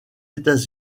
états